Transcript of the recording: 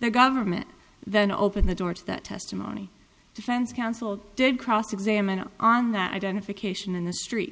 the government then opened the door to that testimony defense counsel did cross examined on that identification in the street